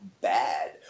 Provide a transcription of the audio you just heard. bad